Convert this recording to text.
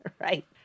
Right